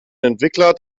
entwickler